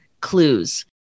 clues